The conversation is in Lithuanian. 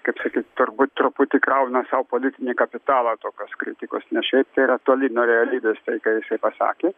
kaip sakyt turbūt truputį krauna sau politinį kapitalą tokios kritikos nes šiaip tai yra toli nuo realybės tai ką jisai pasakė